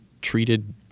treated